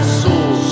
soul